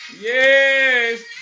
yes